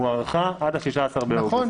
הוארכה עד ה-16 באוגוסט.